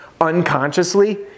unconsciously